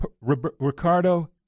Ricardo